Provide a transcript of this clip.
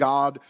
God